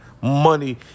money